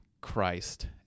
Christ